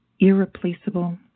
Irreplaceable